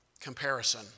comparison